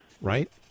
right